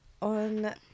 on